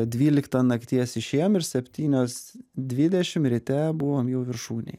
dvyliktą nakties išėjom ir septynios dvidešim ryte buvom jau viršūnėj